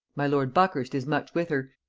my lord buckhurst is much with her,